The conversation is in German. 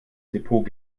depot